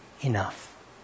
enough